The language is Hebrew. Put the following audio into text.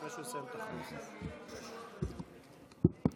כשאני יכול לבוא ולהגיד על מילים קשות אני אומר.